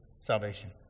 salvation